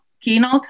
keynote